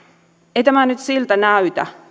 ei tämä nyt siltä näytä